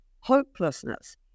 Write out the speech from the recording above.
hopelessness